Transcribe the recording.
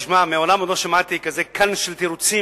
תשמע, מעולם עוד לא שמעתי כזה ק"ן תירוצים,